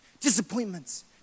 disappointments